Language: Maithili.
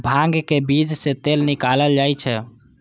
भांग के बीज सं तेल निकालल जाइ छै